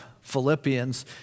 Philippians